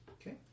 Okay